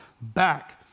back